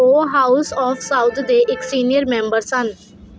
ਉਹ house of Saud ਦੇ ਇੱਕ ਸੀਨੀਅਰ ਮੈਂਬਰ ਸਨ